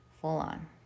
full-on